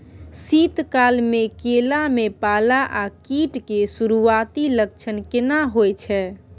शीत काल में केला में पाला आ कीट के सुरूआती लक्षण केना हौय छै?